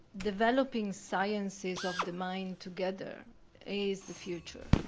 developing sciences of the mind together is the future.